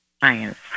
science